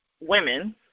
women